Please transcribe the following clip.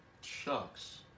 Shucks